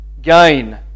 gain